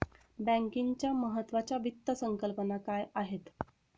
बँकिंगच्या महत्त्वाच्या वित्त संकल्पना काय आहेत?